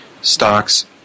stocks